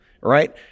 right